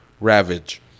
ravage